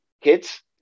kids